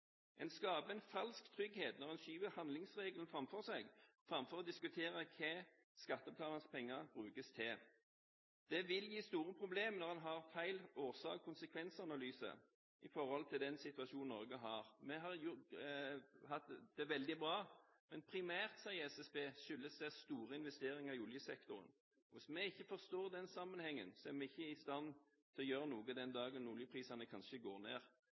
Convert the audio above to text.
En skaper en falsk trygghet når en skyver handlingsregelen framfor seg framfor å diskutere hva skattebetalernes penger brukes til. Det vil gi store problemer når en har feil årsak–konsekvens-analyse i forhold til den situasjonen Norge har. Vi har hatt det veldig bra, men primært, sier SSB, skyldes det store investeringer i oljesektoren. Hvis vi ikke forstår den sammenhengen, er vi ikke i stand til å gjøre noe den dagen oljeprisene kanskje går ned.